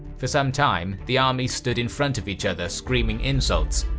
for some time, the armies stood in front of each other screaming insults,